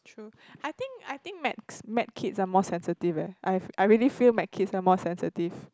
true I think I think med med kids are more sensitive eh I f~ I really feel med kids are more sensitive